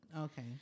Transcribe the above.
Okay